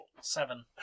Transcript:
Seven